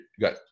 got